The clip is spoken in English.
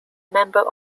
member